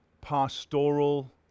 pastoral